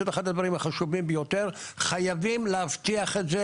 שזה אחד הדברים החשובים ביותר חייבים להבטיח את זה